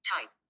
Type